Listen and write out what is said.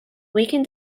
weakened